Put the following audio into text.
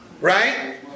Right